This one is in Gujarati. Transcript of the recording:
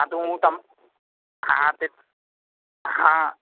હા તો હું તમ હા તે હા